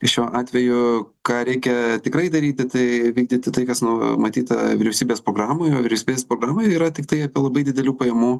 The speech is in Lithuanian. šiuo atveju ką reikia tikrai daryti tai vykdyti tai kas numatyta vyriausybės programoje o vyriausybės programoje yra tiktai apie labai didelių pajamų